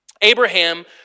Abraham